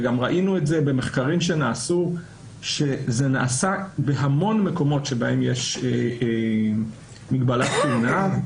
וגם ראינו במחקרים שזה נעשה בהמון מקומות שבהם יש מגבלת כהונה,